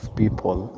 people